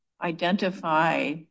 identify